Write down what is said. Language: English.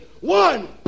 One